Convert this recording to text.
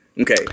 okay